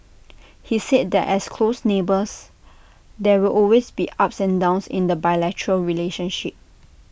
he said that as close neighbours there will always be ups and downs in the bilateral relationship